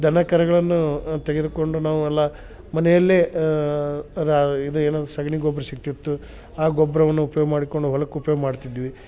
ದನ ಕರಗಳನ್ನು ತೆಗೆದುಕೊಂಡು ನಾವು ಎಲ್ಲ ಮನೆಯಲ್ಲಿ ರಾ ಇದು ಏನು ಸಗಣಿ ಗೊಬ್ಬರ ಸಿಗ್ತಿತ್ತು ಆ ಗೊಬ್ಬರಿವನ್ನು ಉಪ್ಯೋಗ ಮಾಡಿಕೊಂಡು ಹೊಲಕ್ಕೆ ಉಪ್ಯೋಗ ಮಾಡ್ತಿದ್ವಿ